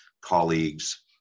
colleagues